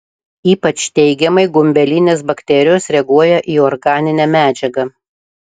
ypač teigiamai gumbelinės bakterijos reaguoja į organinę medžiagą